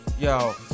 Yo